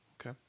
Okay